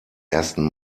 ersten